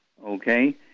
Okay